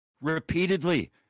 repeatedly